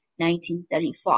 1935